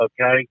okay